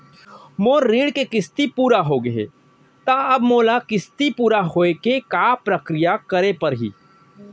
मोर ऋण के किस्ती पूरा होगे हे ता अब मोला किस्ती पूरा होए के का प्रक्रिया करे पड़ही?